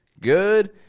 Good